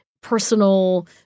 Personal